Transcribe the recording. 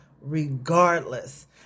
regardless